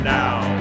now